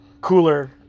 cooler